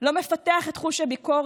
לא מפתח את חוש הביקורת,